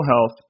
health